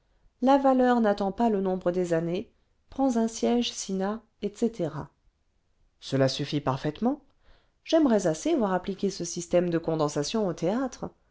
la valeur n'attend pas le nombre des années prends un siège cinna etc cela suffit parfaitement j'aimerais assez voir appliquer ce système de condensation au théâtre